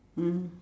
mm